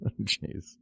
Jeez